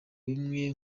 bimwe